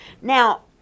Now